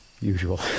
usual